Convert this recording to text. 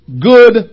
good